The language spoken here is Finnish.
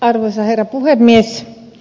arvoisa herra puhemies